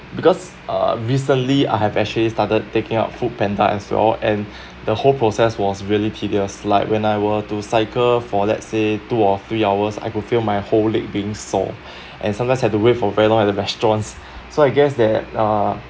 because uh recently I have actually started taking up foodpanda as well and the whole process was really tedious like when I were to cycle for let's say two or three hours I could feel my whole leg being sore and sometimes I have to wait for very long at the restaurants so I guess that uh